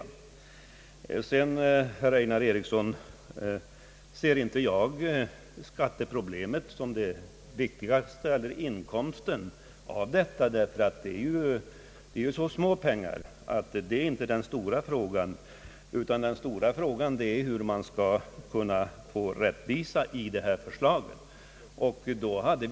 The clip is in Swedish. Jag ser inte skatteinkomsterna, herr Einar Eriksson, som det viktigaste i detta sammanhang, eftersom det här rör sig om tämligen små belopp. Den stora frågan är i stället hur rättvisa skall kunna skapas.